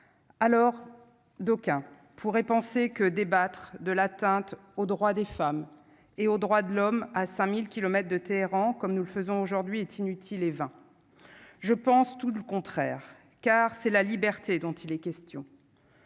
alors d'aucuns pourraient penser que débattre de l'atteinte aux droits des femmes et aux droits de l'homme, à 5000 kilomètres de Téhéran, comme nous le faisons aujourd'hui est inutile et vain je pense tout le contraire, car c'est la liberté dont il est question.